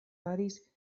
faris